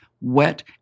wet